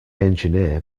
engineer